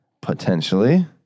Potentially